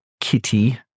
Kitty